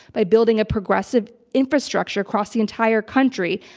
by building a progressive infrastructure across the entire country.